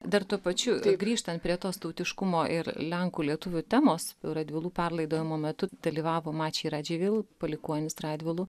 dar tuo pačiu grįžtant prie tos tautiškumo ir lenkų lietuvių temos radvilų perlaidojimo metu dalyvavo mačei radživil palikuonis radvilų